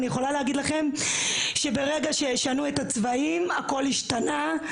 אני יכולה להגיד לכם שברגע שישנו את הצבעים הכול ישתנה.